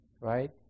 right